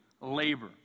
labor